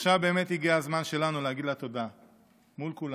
עכשיו באמת הגיע הזמן שלנו להגיד לה תודה מול כולם.